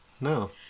No